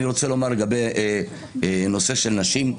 לגבי הנושא של הנשים,